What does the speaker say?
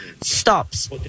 stops